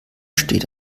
steht